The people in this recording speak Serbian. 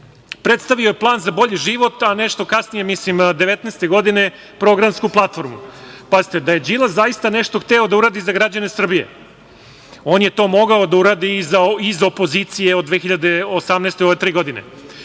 predstavio je plan za bolji život, a nešto kasnije, mislim 2019. godine, programsku platformu. Pazite, da je Đilas zaista nešto hteo da uradi za građane Srbije, on je to mogao da uradio i iz opozicije od 2018. godine, u ove tri godine. On